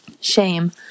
Shame